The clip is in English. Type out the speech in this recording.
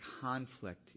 conflict